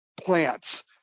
plants